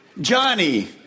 Johnny